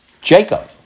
Jacob